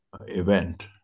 event